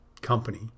company